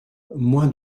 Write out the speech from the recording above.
moins